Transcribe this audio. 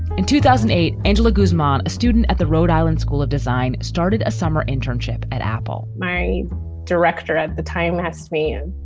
in two thousand and eight, angela guzman, a student at the rhode island school of design, started a summer internship at apple my director at the time asked me and,